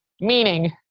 meaning